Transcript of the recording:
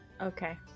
Okay